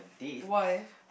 why